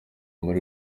muri